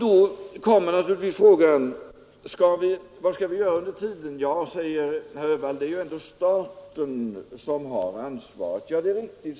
Då uppkommer naturligtvis frågan: Vad kan vi göra under tiden? Ja, säger herr Öhvall, det är ändå staten som har ansvaret. Ja, det är riktigt.